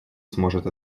сможет